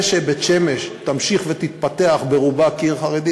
זה שבית-שמש תמשיך ותתפתח ברובה כעיר חרדית,